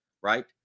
Right